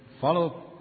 follow